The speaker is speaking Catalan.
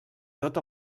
tot